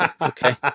okay